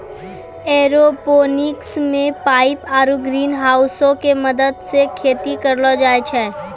aeroponics मे pipe आरु ग्रीनहाउसो के मदत से खेती करलो जाय छै